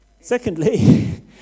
Secondly